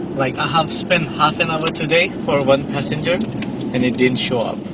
like i have spent half an hour today for one passenger and they didn't show up.